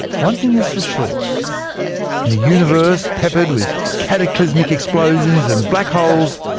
one thing is for sure in a universe peppered with cataclysmic explosions and black holes,